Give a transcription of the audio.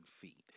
feet